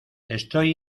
estoy